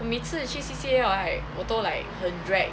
我每次去 C_C_A right 我都 like 很 dread